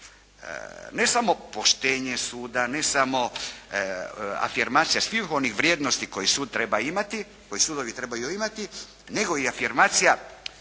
ne samo poštenje suda, ne samo afirmacija svih onih vrijednosti koje sudovi trebaju imati nego i afirmacija